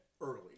early